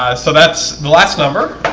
ah so that's the last number